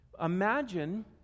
imagine